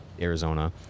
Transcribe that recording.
Arizona